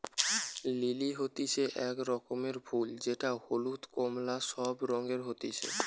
lily হতিছে এক রকমের ফুল যেটা হলুদ, কোমলা সব রঙে হতিছে